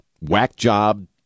whack-job